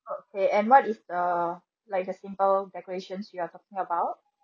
okay and what is the like the simple decorations you are talking about